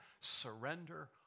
surrender